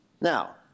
Now